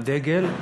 עם הדגל,